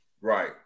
Right